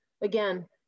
again